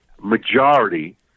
majority